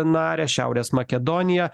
narę šiaurės makedoniją